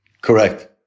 Correct